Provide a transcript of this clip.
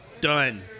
Done